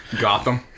Gotham